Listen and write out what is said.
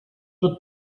wird